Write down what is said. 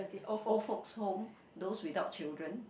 old folks home those without children